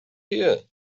here